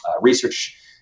research